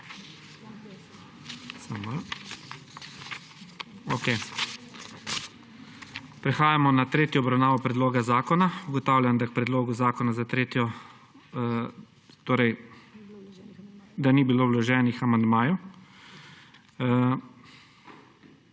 Prehajamo na tretjo obravnavo predloga zakona. Ugotavljam, da k predlogu zakona za tretjo obravnavo ni bilo vloženih amandmajev.